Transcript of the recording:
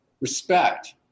respect